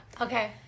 okay